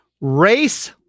race